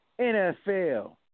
NFL